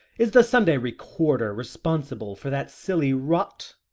is the sunday recorder responsible for that silly rot?